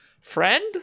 friend